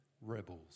rebels